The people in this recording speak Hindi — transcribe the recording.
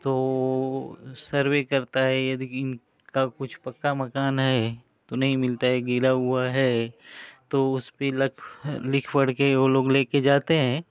तो सर्वे करता है यदि कि इनका कुछ पक्का मकान है तो नहीं मिलता है गीला हुआ है तो उसपर लख लिख पढ़कर वे लोग लेकर जाते हैं